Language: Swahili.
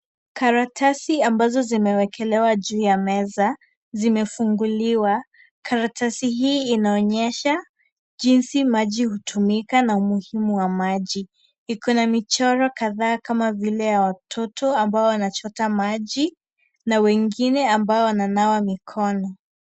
Karatasi ambazo zimeekelewa juu ya meza, zimefunguliwa. Karatasi hii inaonyesha jinsi maji hutumika na umuhimu wa maji, Iko na michoro kadhaa kama vile ya watoto wanachota maji na wengine Wananawa Mikono.